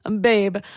babe